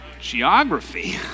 Geography